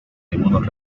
algunos